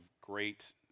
great